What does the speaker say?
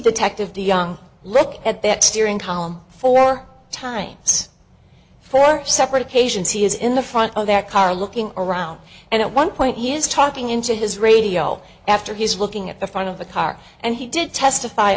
young looking at that steering column four times four separate occasions he is in the front of that car looking around and at one point he is talking into his radio after his looking at the front of the car and he did testify